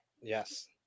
Yes